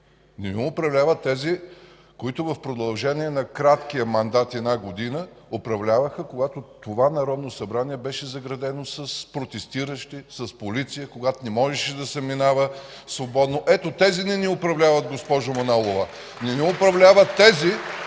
Не ни управляват тези, които в продължение на краткия мандат – една година, управляваха, когато това Народно събрание беше заградено с протестиращи, с полиция, когато не можеше да се минава свободно. Ето тези не ни управляват, госпожо Манолова. (Бурни ръкопляскания